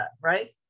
right